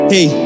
Hey